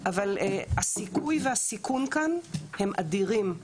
אבל הסיכוי והסיכון כאן הם אדירים,